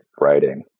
writing